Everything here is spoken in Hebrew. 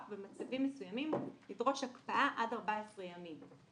במצבים מסוימים ידרוש הקפאה עד 14 ימים.